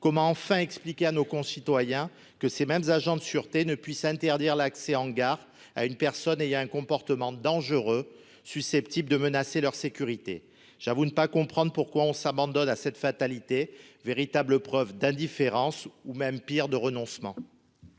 comment enfin expliquer à nos concitoyens que ces mêmes agents de sûreté ne puisse interdire l'accès en gare à une personne ayant il a un comportement dangereux susceptible de menacer leur sécurité, j'avoue ne pas comprendre pourquoi on s'abandonne à cette fatalité véritable preuve d'indifférence ou même pire, de renoncement.